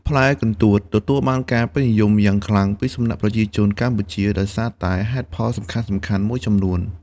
ផ្លែកន្ទួតទទួលបានការពេញនិយមយ៉ាងខ្លាំងពីសំណាក់ប្រជាជនកម្ពុជាដោយសារតែហេតុផលសំខាន់ៗមួយចំនួន។